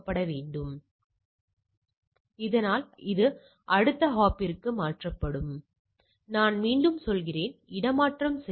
எனவே இதை செய்வது மிகவும் எளிதானது இந்த வகை கணக்கீடுகளைச் செய்வது ஒருவருக்கு மிகவும் கடினம் அல்ல